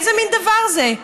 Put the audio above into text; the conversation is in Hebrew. איזה מין דבר זה?